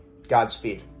Godspeed